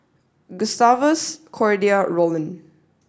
Gustavus Cordia and Rollin